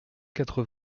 quatre